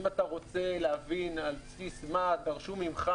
אם אתה רוצה להבין על בסיס מה דרשו ממך